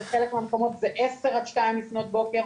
בחלק מהמקומות זה עשר עד שתיים לפנות בוקר.